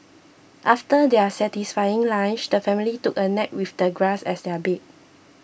after their satisfying lunch the family took a nap with the grass as their bed